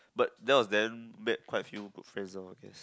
but there was then make quite feel good friend all of these